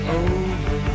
over